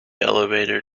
elevator